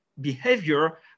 behavior